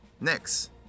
Next